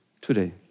today